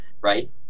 right